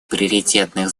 приоритетных